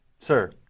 Sir